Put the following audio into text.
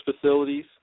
facilities